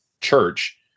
Church